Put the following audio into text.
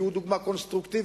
כי הוא דוגמה קונסטרוקטיבית,